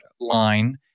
line